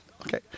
Okay